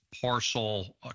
parcel